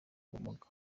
ubumuga